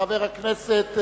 וחבר הכנסת